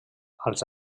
als